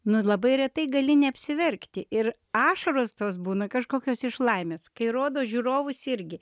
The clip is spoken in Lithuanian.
nu labai retai gali neapsiverkti ir ašaros tos būna kažkokios iš laimės kai rodo žiūrovus irgi